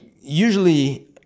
usually